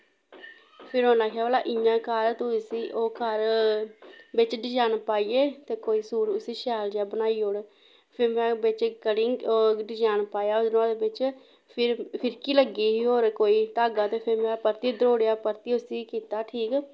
फिर उनैं आखेआ भला इ'यां कर तूं इस्सी ओह् कर बिच्च डजैन पाईयै ते कोई सूट इस्सी शैल जेहा बनाई ओड़ फिर में बिच्च डजैन पाया नोहाड़े बिच्च फिर फिरकी लग्गी कोई होर कोई होर धागा ते फिर में परतियै दरोड़ेआ परतियै उस्सी कीता ठीक